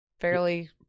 fairly